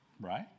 Right